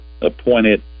appointed